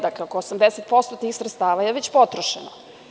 Dakle, oko 80% tih sredstava je već potrošeno.